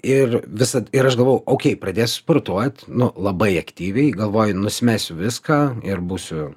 ir visad ir aš galvojau oukei pradėsiu sportuot nu labai aktyviai galvoju nusimesiu viską ir būsiu